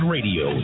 Radio